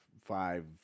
five